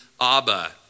Abba